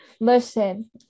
Listen